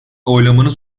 oylamanın